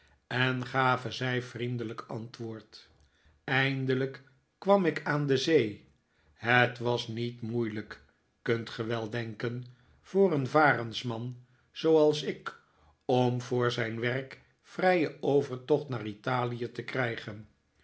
en gaven zij vriendelijk antwoord eindelijk kwam ik aan de zee het was niet moeilijk kunt ge wel denken voor een varensman zooals ik om voor zijn werk vrijen overtocht naar italie te krijgen